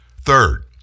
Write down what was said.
Third